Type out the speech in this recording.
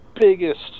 biggest